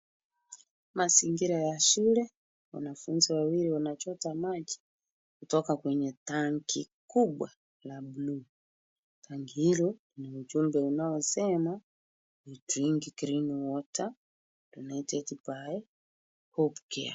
Mazingira ya shule. Wanafunzi wawili wanachota maji kutoka kwenye tanki kubwa la blue .Tanki hilo lina ujumbe unaosema we drink clean water donated by hopecare .